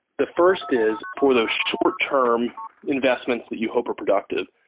the first is, for those short term investments that you hope are productive,